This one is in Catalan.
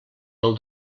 del